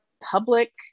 public